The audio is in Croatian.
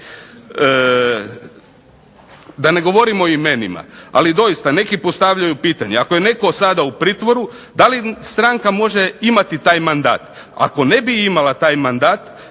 Da ne govorim o imenima, ali doista neki postavljaju pitanje, ako je netko sada u pritvoru da li stranka može imati taj mandat? Ako ne bi imala taj mandat,